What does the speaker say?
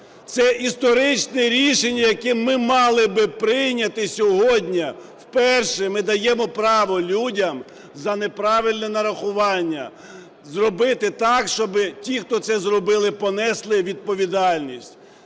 Це історичне рішення, яке ми мали би прийняти сьогодні, вперше ми даємо право людям за неправильне нарахування зробити так, щоби ті, хто це зробили, понесли відповідальність